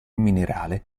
minerale